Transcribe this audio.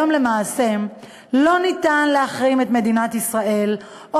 היום למעשה לא ניתן להחרים את מדינת ישראל או